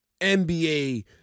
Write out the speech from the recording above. NBA